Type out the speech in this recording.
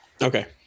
Okay